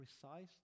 precisely